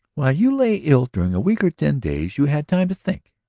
while you lay ill during a week or ten days you had time to think.